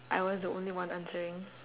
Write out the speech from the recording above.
I was the only one answering